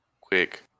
Quick